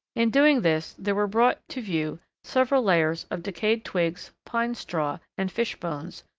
in doing this there were brought to view several layers of decayed twigs, pine straw, and fish bones,